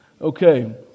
Okay